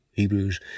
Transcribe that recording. Hebrews